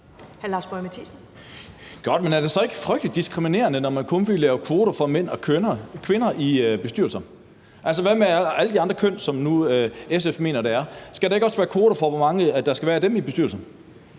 er det så ikke frygtelig diskriminerende, at man kun vil lave kvoter for mænd og kvinder i bestyrelser? Altså, hvad med alle de andre køn, som SF nu mener der er? Skal der ikke også være kvoter for, hvor mange af dem der skal være i bestyrelser?